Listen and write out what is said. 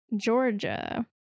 Georgia